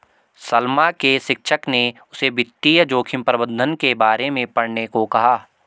सलमा के शिक्षक ने उसे वित्तीय जोखिम प्रबंधन के बारे में पढ़ने को कहा